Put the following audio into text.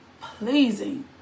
pleasing